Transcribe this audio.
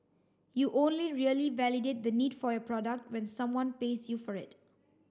you only really validate the need for your product when someone pays you for it